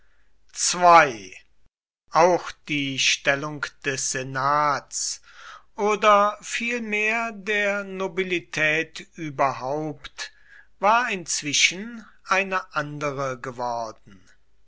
auch die stellung des senats oder vielmehr der nobilität überhaupt war inzwischen eine andere geworden